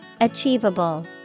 Achievable